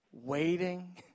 Waiting